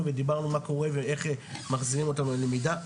ודיברנו מה קורה ואיך מחזירים אותם ללמידה.